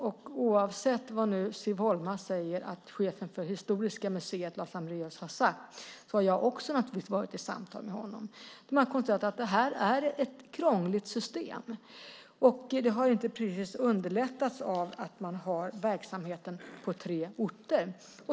Och oavsett vad nu Siv Holma säger att chefen för Historiska museet, Lars Amréus, har sagt, har naturligtvis också jag haft samtal med honom. Det är bara att konstatera att det här är ett krångligt system, och det har inte precis underlättats av att man har verksamheten på tre orter.